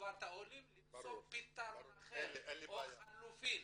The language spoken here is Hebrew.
לטובת העולים למצוא פתרון אחר, חלופי.